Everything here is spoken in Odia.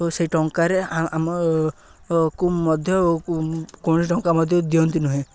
ଓ ସେଇ ଟଙ୍କାରେ ଆମକୁ ମଧ୍ୟ କୌଣସି ଟଙ୍କା ମଧ୍ୟ ଦିଅନ୍ତି ନାହିଁ